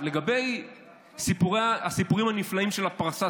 לגבי הסיפורים הנפלאים של הפרסה,